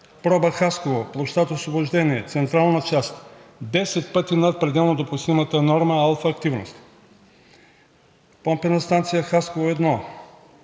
Проба Хасково, площад „Освобождение“ , централна част – 10 пъти над пределно допустимата норма алфа активност. Помпена станция Хасково-1